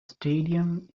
stadium